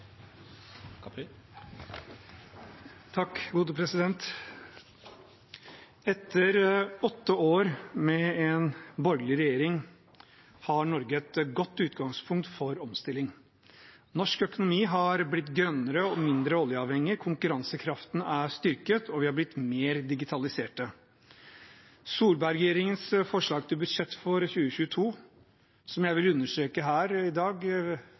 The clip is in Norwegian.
Etter åtte år med en borgerlig regjering har Norge et godt utgangspunkt for omstilling. Norsk økonomi har blitt grønnere og mindre oljeavhengig, konkurransekraften er styrket, og vi har blitt mer digitaliserte. Jeg vil understreke her i dag at Solberg-regjeringens forslag til budsjett for 2022